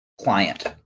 client